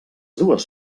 dues